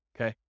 Okay